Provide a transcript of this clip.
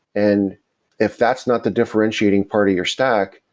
and if that's not the differentiating part of your stack,